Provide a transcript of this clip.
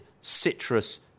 citrus